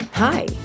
Hi